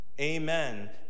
Amen